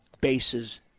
bases